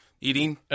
eating